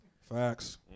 Facts